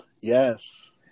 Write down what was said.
Yes